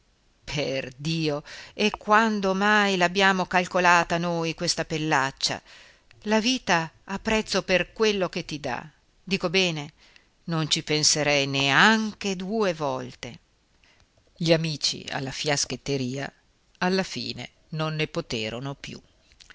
ragazzotto perdio e quando mai l'abbiamo calcolata noi questa pellaccia la vita ha prezzo per quello che ti dà dico bene non ci penserei neanche due volte gli amici alla fiaschetteria alla fine non ne poterono più